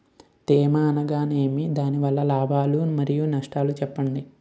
తేమ అనగానేమి? దాని వల్ల లాభాలు మరియు నష్టాలను చెప్పండి?